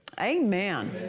Amen